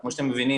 כמו שאתם מבינים,